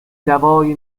دوای